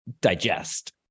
digest